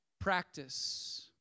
practice